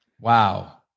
Wow